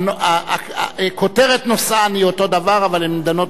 שכותרת נושאן היא אותו דבר אבל הן דנות בשני נושאים שונים.